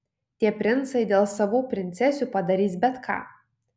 tie princai dėl savų princesių padarys bet ką